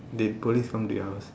did police come to your house